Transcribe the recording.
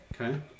Okay